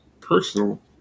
personal